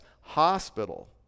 hospital